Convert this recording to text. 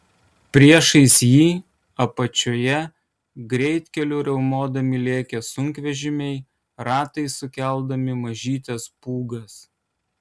priešais jį apačioje greitkeliu riaumodami lėkė sunkvežimiai ratais sukeldami mažytes pūgas